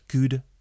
good